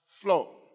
flow